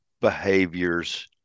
behaviors